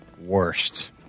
Worst